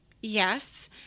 yes